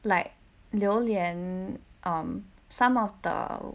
like 榴莲 um some of the